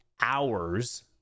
hours